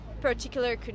particular